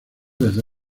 desde